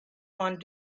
want